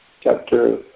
chapter